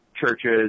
Churches